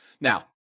Now